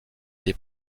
des